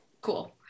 cool